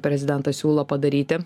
prezidentas siūlo padaryti